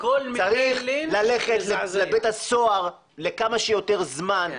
צריך ללכת לבית הסוהר לכמה שיותר זמן,